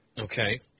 Okay